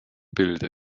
bilde